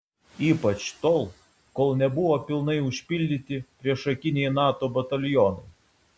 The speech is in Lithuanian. ypač tol kol nebuvo pilnai užpildyti priešakiniai nato batalionai